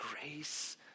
grace